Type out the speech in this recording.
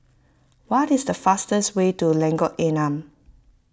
what is the fastest way to Lengkok Enam